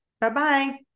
Bye-bye